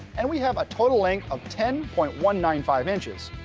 and we have a total length of ten point one nine five inches.